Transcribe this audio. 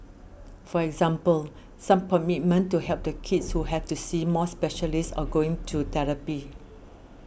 for example some commitment to help the kids who have to see more specialists or going to therapy